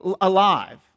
alive